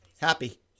Happy